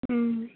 ᱦᱮᱸ